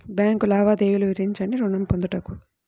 Bank లావాదేవీలు వివరించండి ఋణము పొందుటకు?